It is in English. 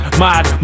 mad